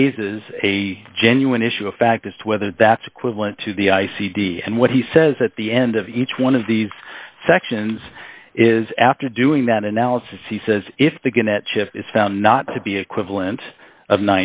raises a genuine issue of fact as to whether that's equivalent to the i c d and what he says at the end of each one of these sections is after doing that analysis he says if the good at chip is found not to be equivalent of